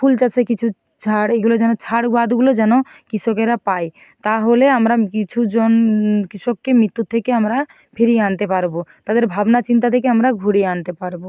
ফুল চাষে কিছু ছাড় এগুলো যেন ছাড় বাদগুলো যেন কৃষকেরা পায় তাহলে আমরা কিছুজন কৃষকে মৃত্যুর থেকে আমরা ফিরিয়ে আনতে পারবো তাদের ভাবনা চিন্তা থেকে আমরা ঘুরিয়ে আনতে পারবো